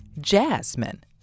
Jasmine